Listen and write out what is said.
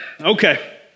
Okay